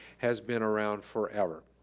has been around forever,